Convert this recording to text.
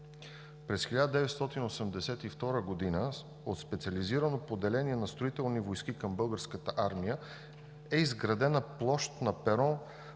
През 1982 г. от специализирано поделение на Строителни войски към Българската армия е изградена площ на перон